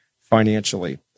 financially